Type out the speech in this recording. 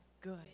good